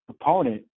opponent